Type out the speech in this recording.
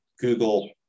Google